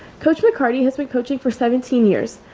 coach mccarty has been coaching for seventeen years.